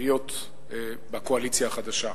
להיות בקואליציה החדשה.